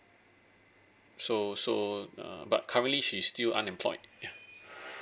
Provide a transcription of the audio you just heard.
so so uh but currently she's still unemployed